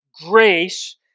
grace